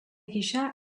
gisa